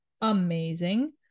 amazing